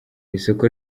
isoko